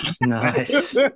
nice